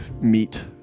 meet